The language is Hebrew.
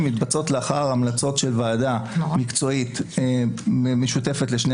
הן מתבצעות לאחר המלצות של ועדה מקצועית משותפת לשני